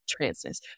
transness